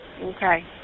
Okay